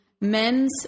men's